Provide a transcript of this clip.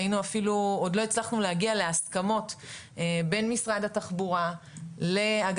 עוד לא הצלחנו להגיע להסכמות בין משרד התחבורה לאגף